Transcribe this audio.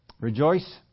Rejoice